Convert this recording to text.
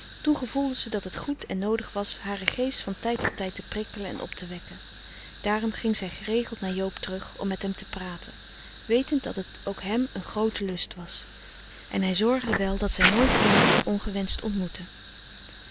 gevoelde ze dat het goed en noodig was haren geest van tijd tot tijd te prikkelen en op te wekken daarom ging zij geregeld naar joob terug om met hem te praten wetend dat het ook hem een groote lust was en hij zorgde wel dat zij nooit iemand ongewenscht ontmoette